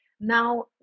Now